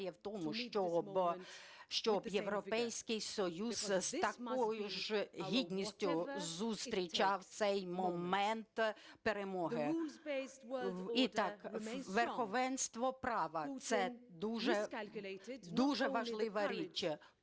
в тому, щоб Європейський Союз з такою ж гідністю зустрічав цей момент перемоги. І так, верховенство права, це дуже важлива річ,